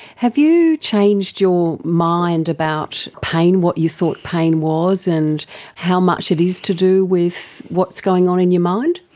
have you changed your mind about pain, what you thought pain was and how much it is to do with what's going on in your mind?